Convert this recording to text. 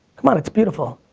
come on, it's beautiful.